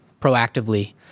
proactively